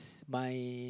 my